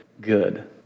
good